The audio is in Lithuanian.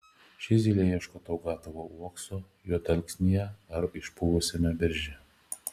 ši zylė ieško jau gatavo uokso juodalksnyje ar išpuvusiame berže